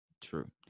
True